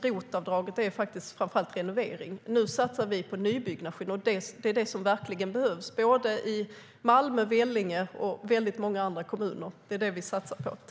ROT-avdraget används till framför allt renovering. Nu satsar vi på nybyggnation, och det är det som verkligen behövs i Malmö, i Vellinge och i många andra kommuner. Det är det vi satsar på.